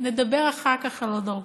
ונדבר אחר כך על עוד ארכה.